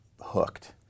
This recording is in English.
hooked